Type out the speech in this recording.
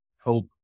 hope